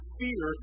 fear